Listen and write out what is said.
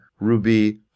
Ruby